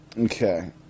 Okay